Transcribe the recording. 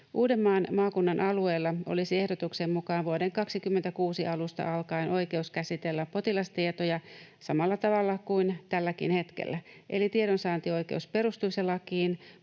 Uudenmaan maakunnan alueella olisi ehdotuksen mu-kaan vuoden 2026 alusta alkaen oikeus käsitellä potilastietoja samalla tavalla kuin tälläkin hetkellä. Eli tiedonsaantioikeus perustuisi lakiin,